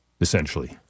essentially